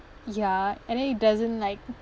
ya and then it doesn't like